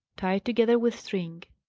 tied together with string.